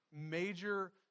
major